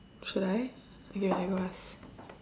should I okay I go ask